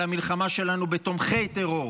של המלחמה שלנו בתומכי טרור,